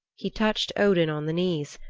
he touched odin on the knees,